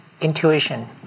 intuition